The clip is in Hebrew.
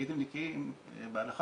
הייתם נקיים בהלכה,